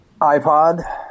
iPod